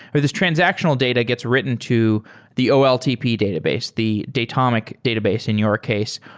or this transactional data gets written to the oltp database, the datomic database in your case.